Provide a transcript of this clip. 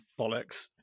bollocks